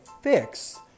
fix